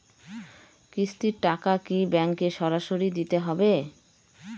কিস্তির টাকা কি ব্যাঙ্কে সরাসরি দিতে হবে?